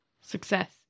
Success